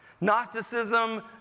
Gnosticism